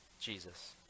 Jesus